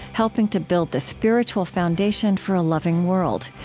helping to build the spiritual foundation for a loving world.